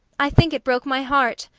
i think it broke my heart,